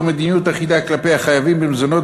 מדיניות אחידה כלפי החייבים במזונות.